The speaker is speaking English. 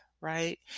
right